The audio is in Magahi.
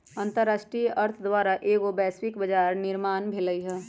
अंतरराष्ट्रीय अर्थ द्वारा एगो वैश्विक बजार के निर्माण भेलइ ह